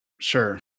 Sure